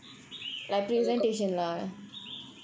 அதுக்கு அப்புறம்:athukku appuram